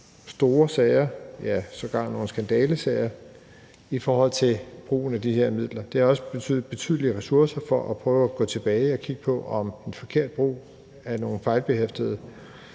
store sager, ja, sågar nogle skandalesager, i forhold til brugen af de her midler. Det har også givet et betydeligt ressourceforbrug at prøve at gå tilbage og kigge på, om en forkert brug af nogle fejlbehæftede